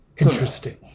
Interesting